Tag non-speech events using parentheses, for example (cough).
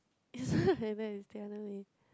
it's not like that (laughs) it's the other way